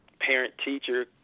parent-teacher